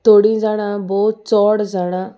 थोडीं जाणां बोव चोड जाणां